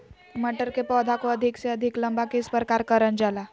मटर के पौधा को अधिक से अधिक लंबा किस प्रकार कारण जाला?